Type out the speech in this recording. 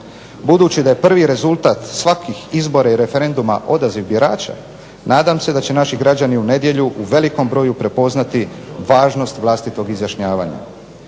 Budući da je prvi rezultat svakih izbora i referenduma odaziv birača nadam se da će naši građani u nedjelju u velikom broju prepoznati važnost vlastitog izjašnjavanja.